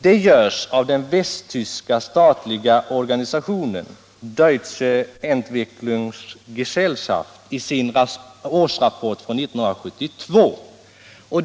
Det görs av den västtyska statliga organisationen Deutsche Entwicklungs-Gesellschaft i dess årsrapport från 1972.